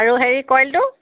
আৰু হেৰি কইলটো